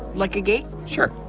like a gate? sure.